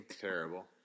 Terrible